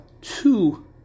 two